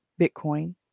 Bitcoin